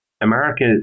America